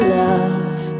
love